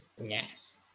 Yes